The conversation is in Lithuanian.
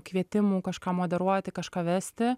kvietimų kažką moderuoti kažką vesti